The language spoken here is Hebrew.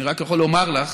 אני רק יכול לומר לך